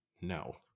no